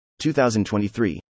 2023